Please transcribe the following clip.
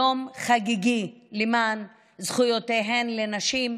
יום חגיגי למען זכויותיהן של נשים,